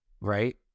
right